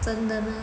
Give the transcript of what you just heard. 真的吗